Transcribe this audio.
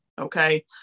okay